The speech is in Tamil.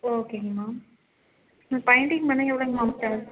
ஓகேங்கம்மா மேம் பைண்டிங் பண்ண எவ்வளோங்க மேம் தேவை